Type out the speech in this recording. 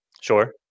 Sure